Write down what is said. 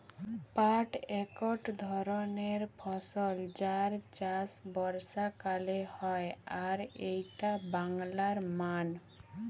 পাট একট ধরণের ফসল যার চাষ বর্ষাকালে হয় আর এইটা বাংলার মান